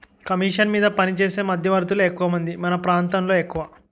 commission మీద పనిచేసే మధ్యవర్తులే ఎక్కువమంది మన ప్రాంతంలో ఎక్కువ